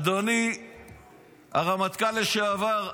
אדוני הרמטכ"ל לשעבר,